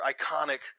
iconic